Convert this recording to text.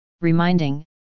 reminding